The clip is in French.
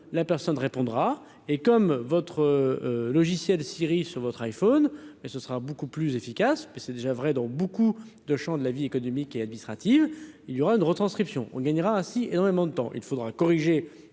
la personne répondra et comme votre logiciel Siri sur votre iPhone mais ce sera beaucoup plus efficace, puis c'est déjà vrai dans beaucoup de chant, de la vie économique et administrative, il y aura une retranscription on gagnera ainsi énormément de temps, il faudra corriger